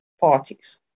parties